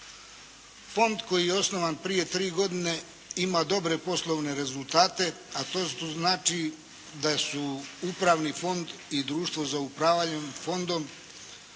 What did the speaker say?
Fond koji je osnovan prije 3 godine ima dobre poslovne rezultate, a to znači da su Upravni fond i Društvo za upravljanje Fondom